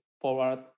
Forward